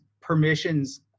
permissions